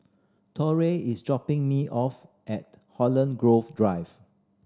Torry is dropping me off at Holland Grove Drive